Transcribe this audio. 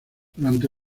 durante